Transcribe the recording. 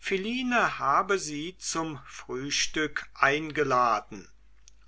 philine habe sie zum frühstück eingeladen